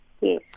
yes